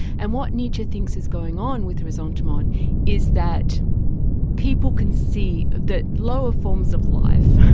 and what nietzsche thinks is going on with resentiment is that people can see that lower forms of life,